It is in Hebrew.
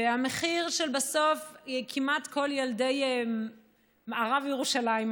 והמחיר הוא שבסוף כמעט כל ילדי מערב ירושלים,